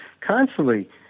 constantly